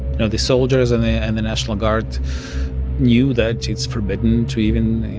know, the soldiers and and the national guard knew that it's forbidden to even,